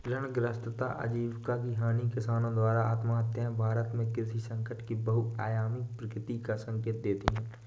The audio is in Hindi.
ऋणग्रस्तता आजीविका की हानि किसानों द्वारा आत्महत्याएं भारत में कृषि संकट की बहुआयामी प्रकृति का संकेत देती है